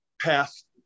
past